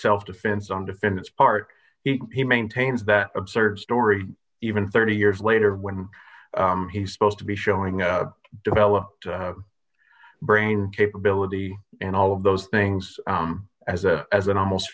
self defense on defendants part he maintains that absurd story even thirty years later when he's supposed to be showing a developed brain capability and all of those things as a as an almost